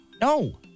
No